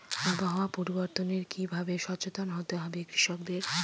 আবহাওয়া পরিবর্তনের কি ভাবে সচেতন হতে হবে কৃষকদের?